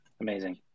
Amazing